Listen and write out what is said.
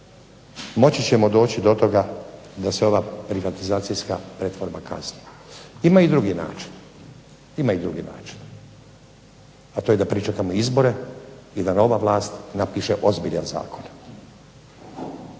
moći ćemo doći do toga da se ova privatizacijska reforma kazni. Ima i drugi način, a to je da pričekamo izbore i da nova vlast napiše ozbiljan zakon,